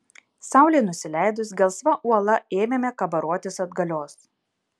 saulei nusileidus gelsva uola ėmėme kabarotis atgalios